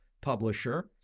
publisher